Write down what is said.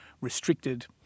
restricted